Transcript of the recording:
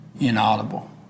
Inaudible